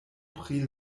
pri